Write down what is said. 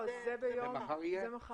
זה מחר.